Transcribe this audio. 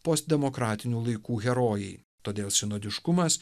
postdemokratinių laikų herojai todėl sinodiškumas